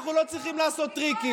אנחנו לא צריכים טריקים